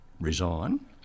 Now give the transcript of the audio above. resign